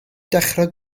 dechrau